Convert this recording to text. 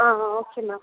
okay ma'am